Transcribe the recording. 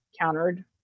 countered